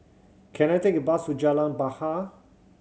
can I take a bus to Jalan Bahar